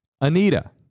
Anita